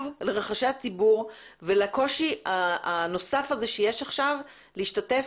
לרחשי הציבור ולקושי הנוסף הזה שיש עכשיו להשתתף